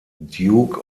duke